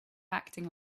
acting